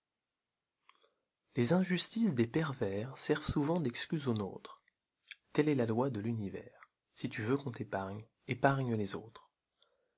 j ies injustices des pei-vers servent souvent d'excuse aux nôtres telle est la loi de l'univers si tu veux qu'on l'épargne épargne aussi les autres